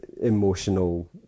emotional